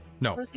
No